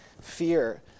fear